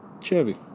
Chevy